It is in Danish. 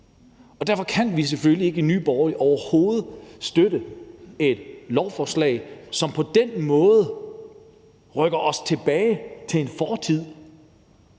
Derfor kan vi i Nye Borgerlige selvfølgelig overhovedet ikke støtte et lovforslag, som på den måde rykker os tilbage til en fortid,